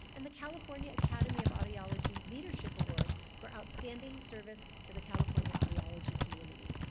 and the california academy of audiology leadership award for outstanding service to the california audiology community.